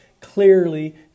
clearly